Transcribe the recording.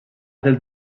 del